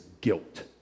guilt